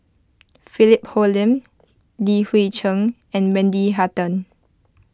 Philip Hoalim Li Hui Cheng and Wendy Hutton